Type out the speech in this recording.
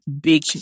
big